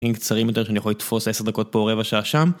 אין קצרים יותר שאני יכול לתפוס 10 דקות פה או רבע שעה שם